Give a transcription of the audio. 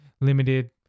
limited